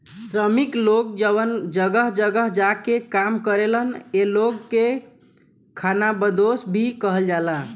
श्रमिक लोग जवन जगह जगह जा के काम करेलन ए लोग के खानाबदोस भी कहल जाला